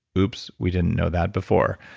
oops, we didn't know that before.